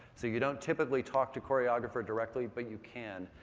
so you don't topic talk to choreographer directly, but you can.